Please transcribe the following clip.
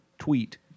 tweet